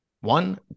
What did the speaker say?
one